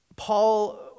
Paul